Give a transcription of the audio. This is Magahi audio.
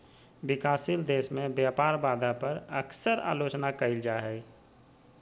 विकासशील देश में व्यापार बाधा पर अक्सर आलोचना कइल जा हइ